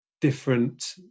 different